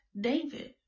David